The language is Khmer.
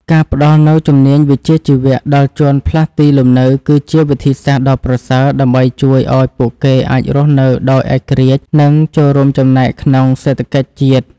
ការផ្តល់នូវជំនាញវិជ្ជាជីវៈដល់ជនផ្លាស់ទីលំនៅគឺជាវិធីសាស្ត្រដ៏ប្រសើរ ដើម្បីជួយឱ្យពួកគេអាចរស់នៅដោយឯករាជ្យ និងចូលរួមចំណែកក្នុងសេដ្ឋកិច្ចជាតិ។